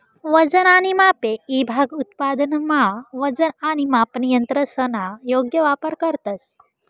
वजन आणि मापे ईभाग उत्पादनमा वजन आणि मापन यंत्रसना योग्य वापर करतंस